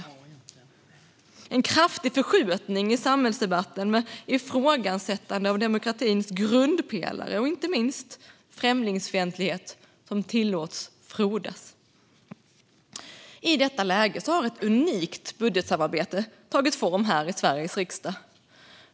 Vi har en kraftig förskjutning i samhällsdebatten med ifrågasättande av demokratins grundpelare och inte minst främlingsfientlighet som tillåts frodas. I detta läge har ett unikt budgetsamarbete tagit form här i Sveriges riksdag.